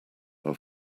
are